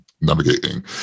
Navigating